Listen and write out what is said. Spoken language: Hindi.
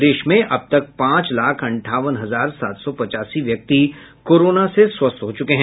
प्रदेश में अब तक पांच लाख अंठावन हजार सात सौ पचासी व्यक्ति कोरोना से स्वस्थ हो चुके हैं